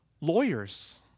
Lawyers